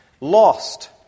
Lost